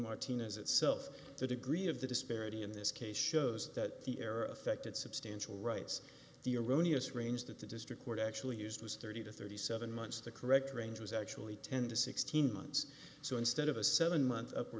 martinez itself the degree of the disparity in this case shows that the error affected substantial rights the erroneous range that the district court actually used was thirty to thirty seven months to correct range was actually ten to sixteen months so instead of a seven month up